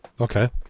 Okay